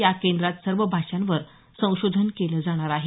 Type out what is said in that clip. या केंद्रात सर्व भाषांवर संशोधन केलं जाणार आहे